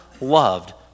loved